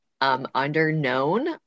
under-known